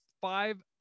five